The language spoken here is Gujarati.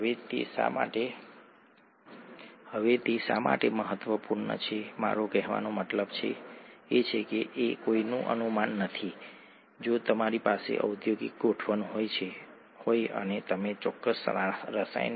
અમે આની વિગતોમાં નથી આવી રહ્યા ઘણું બધું છે જે કરી શકે છે કે કોઈ પણ વ્યક્તિ આ પ્રક્રિયા વિશે જાણી શકે છે આપણે આમાં નથી આવી રહ્યા